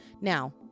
Now